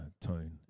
tone